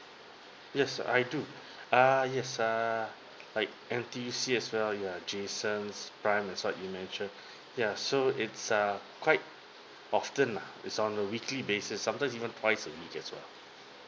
yes I do err yes err like N_T_U_C as well ya jasons prime as what you mention ya so it's uh quite often lah is on a weekly basis sometimes even twice a week as well